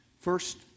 First